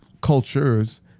cultures